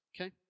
okay